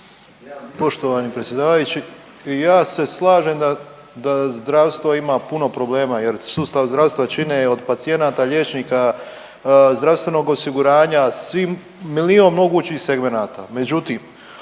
Poštovani predsjedavajući. Ja se slažem da, da zdravstvo ima puno problema jer sustav zdravstva čine od pacijenata, liječnika, zdravstvenog osiguranja, svim, milijun mogućih segmenata,